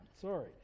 sorry